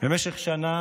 במשך שנה